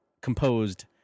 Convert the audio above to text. composed